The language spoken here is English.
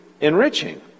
enriching